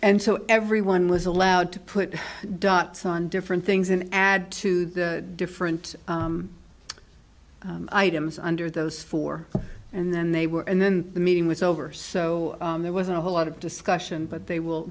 and so everyone was allowed to put dots on different things and add to the different items under those four and then they were and then the meeting was over so there wasn't a whole lot of discussion but they will